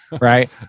Right